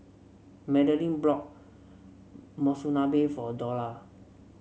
Madelene brought Monsunabe for Dorla